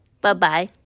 Bye-bye